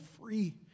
free